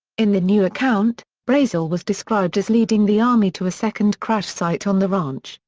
in the new account, brazel was described as leading the army to a second crash site on the ranch,